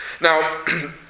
Now